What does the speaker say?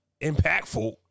impactful